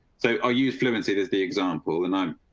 so i use fluency. does the example and i'm